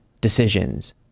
decisions